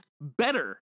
better